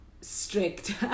strict